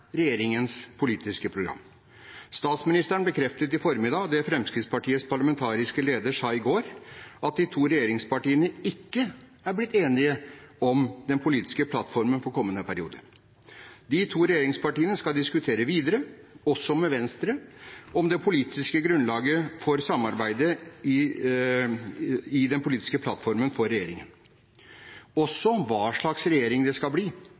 regjeringens politiske program. Statsministeren bekreftet i formiddag det Fremskrittspartiets parlamentariske leder sa i går, at de to regjeringspartiene ikke er blitt enige om den politiske plattformen for kommende periode. De to regjeringspartiene skal diskutere videre, også med Venstre, det politiske grunnlaget for samarbeid i den politiske plattformen for regjeringen og også hva slags regjering det skal bli